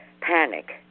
panic